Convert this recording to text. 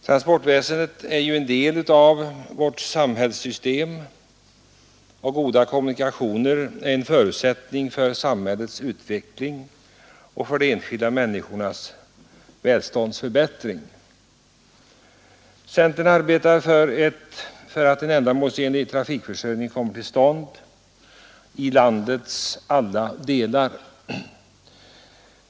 Transportväsendet är ju en del av vårt samhällssystem, och goda kommunikationer är en förutsättning för samhällets utveckling och för de enskilda människornas välståndsförbättring. Centern arbetar för att en ändamålsenlig trafikförsörjning kommer till stånd i landets alla delar.